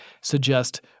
suggest